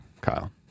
Kyle